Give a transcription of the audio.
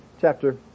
chapter